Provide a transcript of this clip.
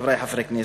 חברי חברי הכנסת.